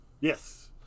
Yes